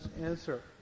answer